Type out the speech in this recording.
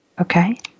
Okay